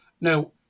Now